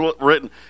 written